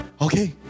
Okay